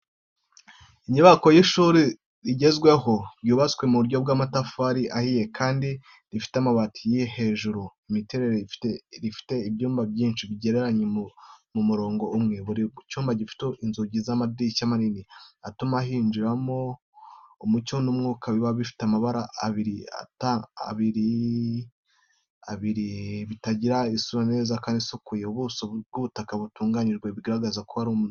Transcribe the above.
Inyubako y’ishuri rigezweho, ryubatswe mu buryo bw’amatafari ahiye kandi rifite amabati hejuru. Imiterere, rifite ibyumba byinshi byegeranye mu murongo umwe, buri cyumba gifite inzugi n’amadirishya manini atuma hinjiramo umucyo n’umwuka. Ibara, rifite amabara abiri umutuku w’itafari n’umuhondo w’amasuku bikarigira isura nziza kandi isukuye. Ubuso, ubutaka bwaratunganyijwe, bigaragara ko ari ahantu hiteguye kwakira abanyeshuri n’abarimu.